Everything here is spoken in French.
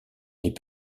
les